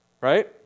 right